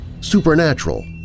supernatural